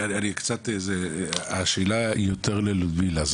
השאלה היא יותר ללודמילה.